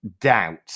doubt